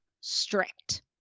strict